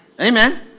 Amen